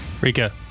Rika